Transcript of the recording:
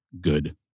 Good